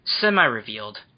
semi-revealed